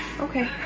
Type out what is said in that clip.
okay